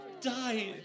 die